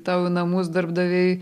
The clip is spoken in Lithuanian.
tau į namus darbdaviai